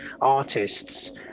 artists